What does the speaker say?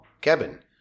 cabin